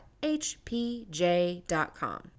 hpj.com